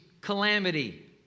calamity